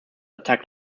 attack